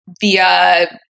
via